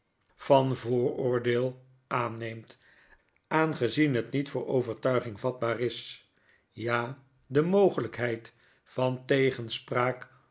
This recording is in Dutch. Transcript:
van vooroordeel aanneemt aangezien het niet voor overtuiging vatbaar is ja de mogelykheid van tegenspraak